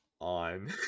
on